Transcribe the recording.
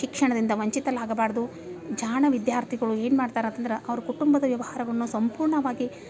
ಶಿಕ್ಷಣದಿಂದ ವಂಚಿತಳಾಗಬಾರ್ದು ಜಾಣ ವಿದ್ಯಾರ್ಥಿಗಳು ಏನು ಮಾಡ್ತಾರೆ ಅಂತಂದ್ರೆ ಅವ್ರ ಕುಟುಂಬದ ವ್ಯವಹಾರವನ್ನು ಸಂಪೂರ್ಣವಾಗಿ